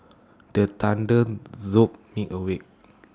the thunder jolt me awake